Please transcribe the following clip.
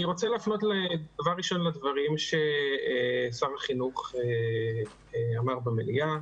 אני רוצה להפנות דבר ראשון לדברים ששר החינוך אמר במליאה,